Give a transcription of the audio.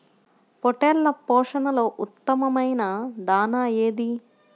పొట్టెళ్ల పోషణలో ఉత్తమమైన దాణా ఏది?